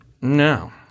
no